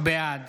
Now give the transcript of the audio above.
בעד